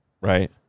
right